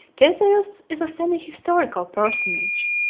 theseus is a semi-historical personage.